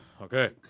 Okay